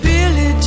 Billy